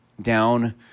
down